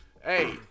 Hey